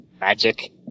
Magic